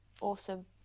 Awesome